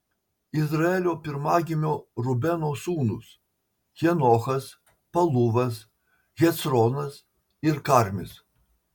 izraelio pirmagimio rubeno sūnūs henochas paluvas hecronas ir karmis